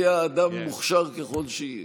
יהיה האדם מוכשר ככל שיהיה.